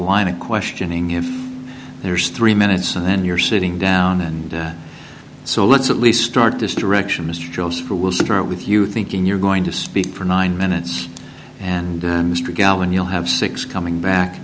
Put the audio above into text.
line of questioning if there's three minutes and then you're sitting down and so let's at least start this direction mr jones for we'll start with you thinking you're going to speak for nine minutes and mr galvin you'll have six coming back